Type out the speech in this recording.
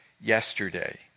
yesterday